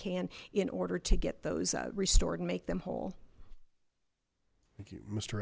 can in order to get those restored and make them whole